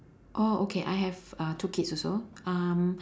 oh okay I have uh two kids also um